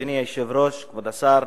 אדוני היושב-ראש, כבוד השר,